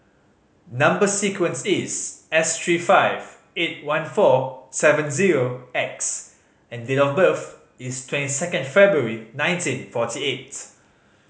number sequence is S three five eight one four seven zero X and date of birth is twenty second February nineteen forty eight